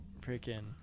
freaking